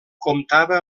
comptava